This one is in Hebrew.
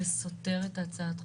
איך זה סותר את הצעת החוק?